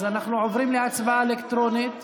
אז אנחנו עוברים להצבעה אלקטרונית.